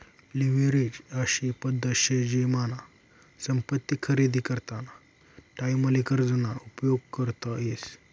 leverage अशी पद्धत शे जेनामा संपत्ती खरेदी कराना टाईमले कर्ज ना उपयोग करता येस